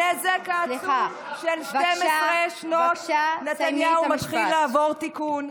הנזק העצום של 12 שנות נתניהו מתחיל לעבור תיקון,